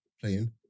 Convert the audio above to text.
playing